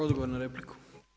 Odgovor na repliku.